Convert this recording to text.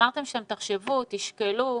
אמרתם שתחשבו ותשקלו.